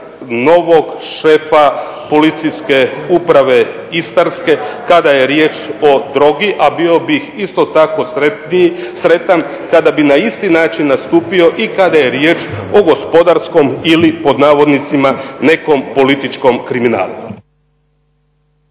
novog šefa policijske uprave Istarske kada je riječ o drogi, a bio bih isto tako sretan kada bi na isti način nastupio i kada je riječ o gospodarskom ili pod navodnicima, nekom političkom kriminalu.